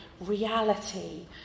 reality